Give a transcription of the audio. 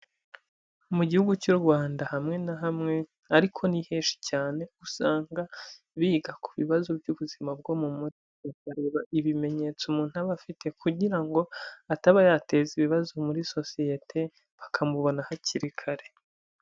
Mu gihugu cy'u Rwanda hamwe na hamwe ariko ni henshi cyane, usanga biga ku bibazo by'ubuzima bwo mu mutwe. Bakagaraza ibimenyetso umuntu aba afite kugira ngo ataba yateza ibibazo muri sosiyete bakamubona hakiri kare.